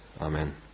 Amen